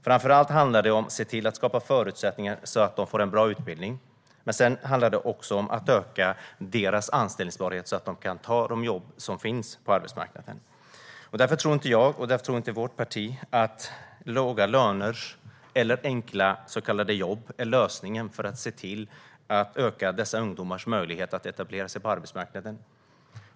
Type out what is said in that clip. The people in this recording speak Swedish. Framför allt handlar det om att skapa förutsättningar för dem att få en bra utbildning. Det handlar också om att öka deras anställbarhet så att de kan ta de jobb som finns på arbetsmarknaden. Därför tror inte jag och vårt parti att låga löner eller så kallade enkla jobb är lösningen för att öka dessa ungdomars möjlighet att etablera sig på arbetsmarknaden.